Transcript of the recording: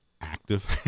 active